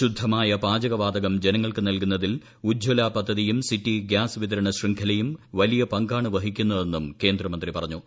ശുദ്ധമായ പാചക വാതകം ജനങ്ങൾക്കു നൽകുന്നതിൽ ഉജ്ജ്വല പദ്ധതിയും സിറ്റി ഗ്യാസ് വിതരണ ശൃംഖലയും വലിയ പങ്കാണ് വഹിക്കുന്നതെന്ന് കേന്ദ്രമന്ത്രി പറഞ്ഞു